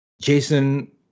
Jason